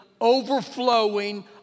overflowing